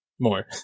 more